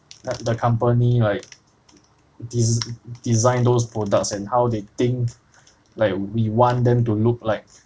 lik~ the company like desi~ design those products and how they think like we want them to look like